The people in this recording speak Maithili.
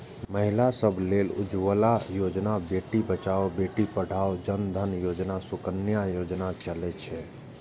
महिला सभ लेल उज्ज्वला योजना, बेटी बचाओ बेटी पढ़ाओ, जन धन योजना, सुकन्या योजना चलै छै